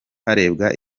harebwa